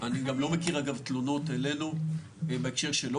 אני לא מכיר תלונות אלינו בהקשר שלא